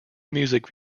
music